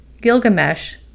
Gilgamesh